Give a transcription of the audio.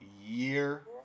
year